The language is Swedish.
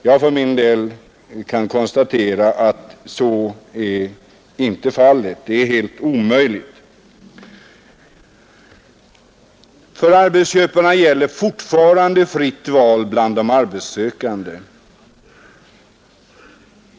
Jag för min del kan konstatera att så är inte fallet. Det är helt omöjligt. För arbetsköparna gäller fortfarande fritt val bland de arbetssökande.